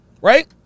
Right